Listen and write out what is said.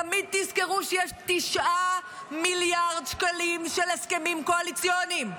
תמיד תזכרו שיש 9 מיליארד שקלים של הסכמים קואליציוניים.